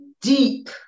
deep